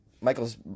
Michael's